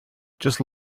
just